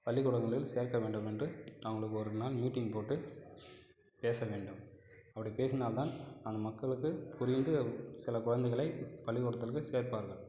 பள்ளிக்கூடங்களில் சேர்க்க வேண்டுமென்று அவங்களுக்கு ஒருநாள் மீட்டிங் போட்டு பேச வேண்டும் அப்படி பேசினால் தான் அந்த மக்களுக்கு புரிந்து சில குழந்தைகளைப் பள்ளிக்கூடத்திற்கு சேர்ப்பார்கள்